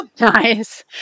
Nice